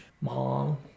mom